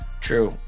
True